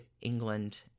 England